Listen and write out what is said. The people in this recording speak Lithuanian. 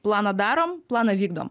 planą darom planą vykdom